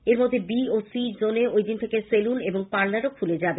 এরমধ্যে বি ও সি জোনে ওইদিন থেকে সেলুন পার্লারও খুলে যাবে